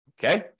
Okay